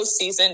postseason